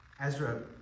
Ezra